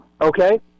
okay